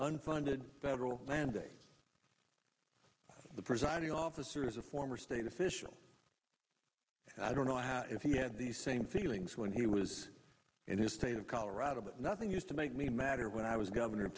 unfunded federal mandates the presiding officer is a former state official and i don't know how if he had the same feelings when he was in his state of colorado but nothing used to make me mad or when i was governor of